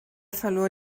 verlor